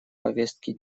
повестки